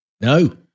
No